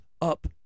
up